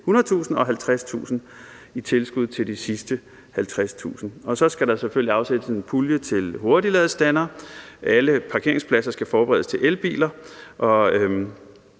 og 50.000 i tilskud til de sidste 50.000. Så skal der selvfølgelig afsættes en pulje til hurtigladestandere, og alle parkeringspladser skal forberedes til elbiler, og